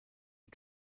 die